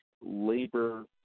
labor